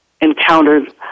encountered